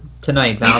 tonight